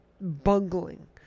bungling